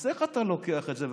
אז איך אתה לוקח את זה?